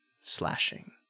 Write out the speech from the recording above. slashing